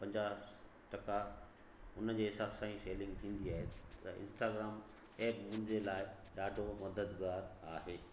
पंजाहु टका उन जे हिसाब सां ई सैलिंग थींदी आहे त इंस्टाग्राम ऐप मुंहिंजे लाइ ॾाढो मददगारु आहे